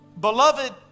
Beloved